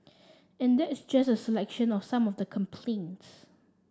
and that's just a selection of some of the complaints